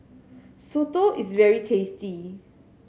soto is very tasty